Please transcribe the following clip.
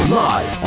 live